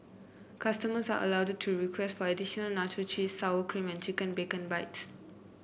customers are allowed to request for additional nacho cheese sour cream and chicken bacon bits